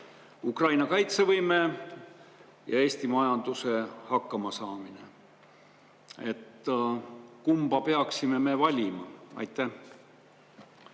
Ukraina kaitsevõime ja Eesti majanduse hakkamasaamine. Kumma peaksime me valima? Aitäh,